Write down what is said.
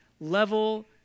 level